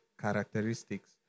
characteristics